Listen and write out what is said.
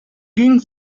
ging